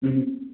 ꯎꯝ